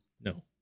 No